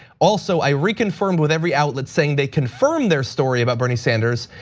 also, i reconfirmed with every outlet, saying they confirmed their story about bernie sanders,